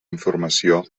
informació